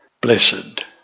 blessed